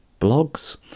blogs